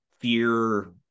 fear